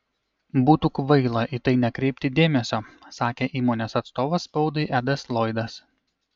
būtų kvaila į tai nekreipti dėmesio sakė įmonės atstovas spaudai edas loydas